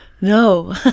No